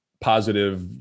positive